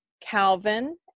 Calvin